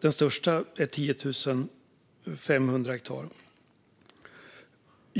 Den största är 10 500 hektar.